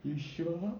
you sure mah